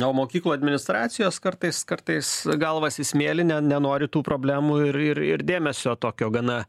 o mokyklų administracijos kartais kartais galvas į smėlį ne nenori tų problemų ir ir ir dėmesio tokio gana